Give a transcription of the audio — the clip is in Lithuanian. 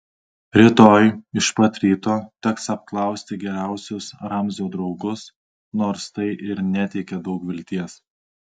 rytoj iš pat ryto teks apklausti geriausius ramzio draugus nors tai ir neteikia daug vilties